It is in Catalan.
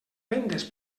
rendes